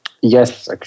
Yes